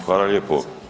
Hvala lijepo.